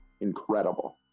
Incredible